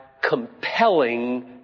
compelling